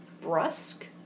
brusque